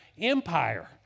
empire